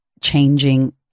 changing